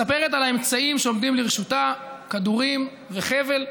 מספרת על האמצעים שעומדים לרשותה: כדורים וחבל.